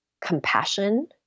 compassion